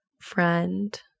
friend